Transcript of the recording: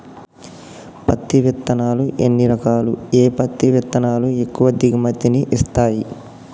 పత్తి విత్తనాలు ఎన్ని రకాలు, ఏ పత్తి విత్తనాలు ఎక్కువ దిగుమతి ని ఇస్తాయి?